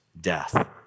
death